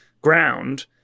ground